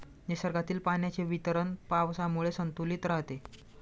निसर्गातील पाण्याचे वितरण पावसामुळे संतुलित राहते